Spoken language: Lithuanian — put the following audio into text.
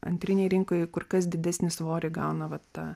antrinėj rinkoj kur kas didesnį svorį gauna va ta